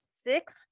six